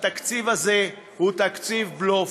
התקציב הזה הוא תקציב בלוף.